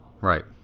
Right